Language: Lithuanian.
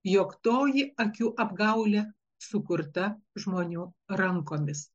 jog toji akių apgaulė sukurta žmonių rankomis